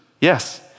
Yes